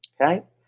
Okay